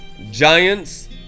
giants